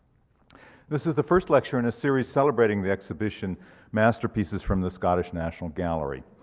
this is the first lecture in a series celebrating the exhibition masterpieces from the scottish national gallery,